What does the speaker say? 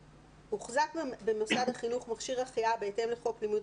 "הוחזק במוסד החינוך מכשיר החייאה בהתאם לחוק לימוד